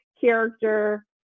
character